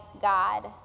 God